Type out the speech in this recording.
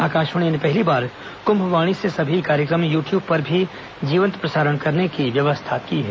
आकाशवाणी ने पहली बार कुम्भवाणी से सभी कार्यक्रम यू ट्यूब पर भी जीवंत प्रसारण की व्यवस्था की है